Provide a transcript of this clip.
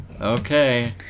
okay